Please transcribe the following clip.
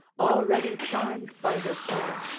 already charmed by her song,